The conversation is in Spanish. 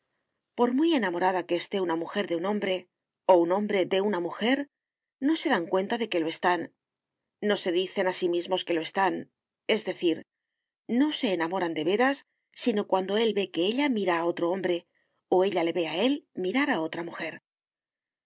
por muy enamorada que esté una mujer de un hombre o un hombre de una mujer no se dan cuenta de que lo están no se dicen a sí mismos que lo están es decir no se enamoran de veras sino cuando él ve que ella mira a otro hombre o ella le ve a él mirar a otra mujer si